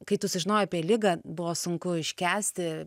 kai tu sužinojai apie ligą buvo sunku iškęsti